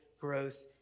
growth